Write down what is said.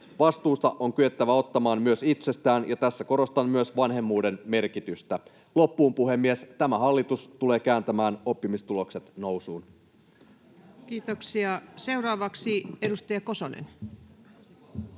Vastuuta on kyettävä ottamaan myös itsestään, ja tässä korostan myös vanhemmuuden merkitystä. Loppuun, puhemies: tämä hallitus tulee kääntämään oppimistulokset nousuun. Kiitoksia. — Seuraavaksi edustaja Kosonen.